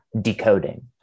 decoding